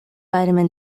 vitamin